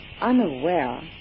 unaware